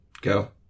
Go